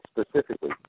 specifically